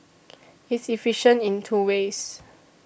it's efficient in two ways